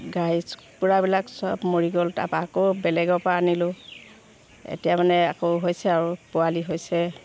গাড়ী পুৰাবিলাক চব মৰি গ'ল তাৰপা আকৌ বেলেগৰ পৰা আনিলোঁ এতিয়া মানে আকৌ হৈছে আৰু পোৱালি হৈছে